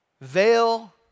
veil